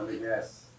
yes